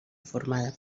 formada